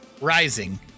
rising